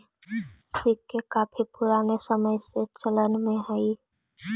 सिक्के काफी पूराने समय से चलन में हई